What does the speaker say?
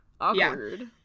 awkward